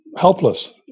helpless